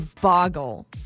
Boggle